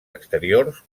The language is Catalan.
exteriors